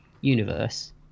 universe